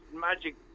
magic